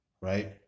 right